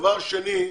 דבר שני,